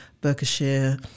Berkshire